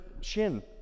shin